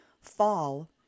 fall